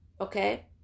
Okay